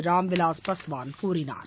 ராம்விலாஸ் பாஸ்வான் கூறினார்